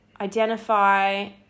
identify